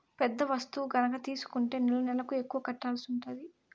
పెద్ద వస్తువు గనక తీసుకుంటే నెలనెలకు ఎక్కువ కట్టాల్సి ఉంటది